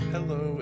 Hello